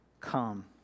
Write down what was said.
come